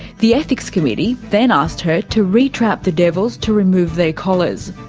the ethics committee then asked her to re-trap the devils to remove their collars,